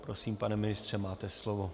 Prosím, pane ministře, máte slovo.